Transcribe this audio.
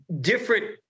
different